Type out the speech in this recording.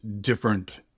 different